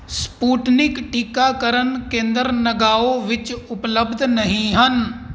Sputnik ਟੀਕਾਕਰਨ ਕੇਂਦਰ ਨਗਾਓਂ ਵਿੱਚ ਉਪਲਬਧ ਨਹੀਂ ਹਨ